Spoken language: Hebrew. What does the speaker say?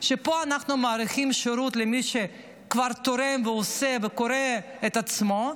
שפה אנחנו מאריכים שירות למי שכבר תורם ועושה וקורע את עצמו,